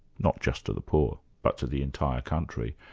not just to the poor, but to the entire country,